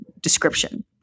description